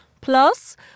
Plus